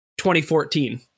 2014